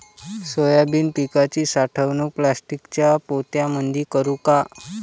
Soybean पिकाची साठवणूक प्लास्टिकच्या पोत्यामंदी करू का?